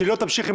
היא סנקציה קשה.